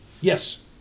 Yes